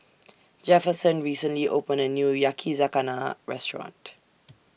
Jefferson recently opened A New Yakizakana Restaurant